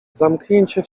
zamknięcie